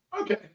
Okay